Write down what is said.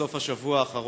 בסוף השבוע האחרון